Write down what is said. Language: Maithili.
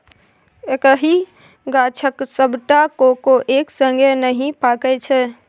एक्कहि गाछक सबटा कोको एक संगे नहि पाकय छै